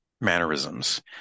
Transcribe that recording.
mannerisms